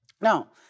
Now